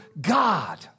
God